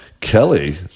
Kelly